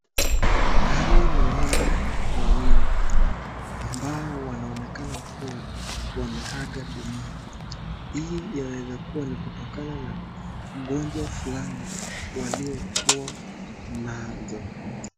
Hao ni ng'ombe wawili ambao wanaonekana kuwa wameeaga Dunia hii inaweza kuwa ni kutokana na ugonjwa fulani, waliokuwa nazo.